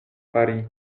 fari